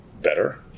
better